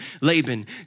Laban